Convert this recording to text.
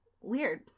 weird